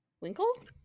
Winkle